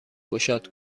گشاد